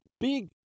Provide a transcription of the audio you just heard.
big